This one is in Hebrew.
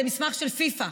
זה מסמך של פיפ"א.